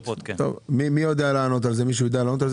מישהו יודע לענות על זה?